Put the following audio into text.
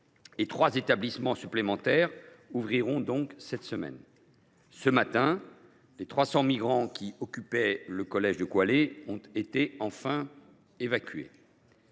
trois établissements supplémentaires rouvriront cette semaine. Ce matin, les 300 migrants qui occupaient le collège de Kwalé ont enfin été évacués.